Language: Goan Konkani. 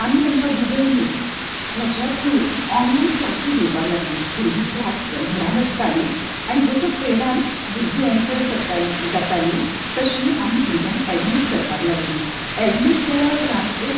आमी तेंका गुगल मीट हेच्या थ्रु ऑनलायन क्लासी घेवपाक लागलीं भुरगीं क्लास घरा बसतालीं आनी जसो प्रेडान भुरगीं एन्टर करतालीं जाताली तशीं आमी भुरग्यांक एडमीट करपाक लागलीं एडमीट केल्या उपरांत एक